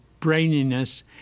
braininess